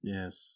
Yes